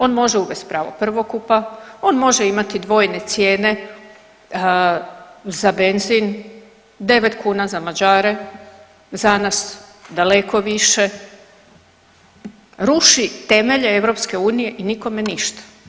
On može uvesti pravo prvokupa, on može imati dvojne cijene za benzin, 9 kuna za Mađare, za nas daleko više, ruši temelje EU i nikome ništa.